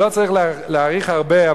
אני לא צריך להאריך הרבה,